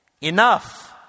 Enough